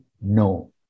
no